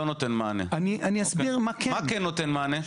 מה כן נותן מענה?